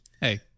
Hey